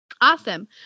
Awesome